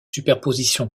superposition